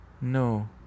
No